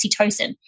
oxytocin